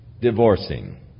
divorcing